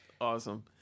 Awesome